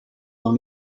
dans